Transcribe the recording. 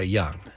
young